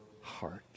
heart